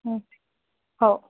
हं हो